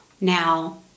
Now